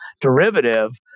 derivative